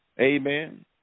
Amen